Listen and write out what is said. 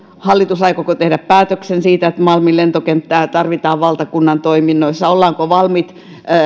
hallitus tehdä päätöksen siitä että malmin lentokenttää tarvitaan valtakunnan toiminnoissa ja ollaanko valmiit